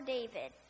David